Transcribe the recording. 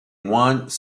moines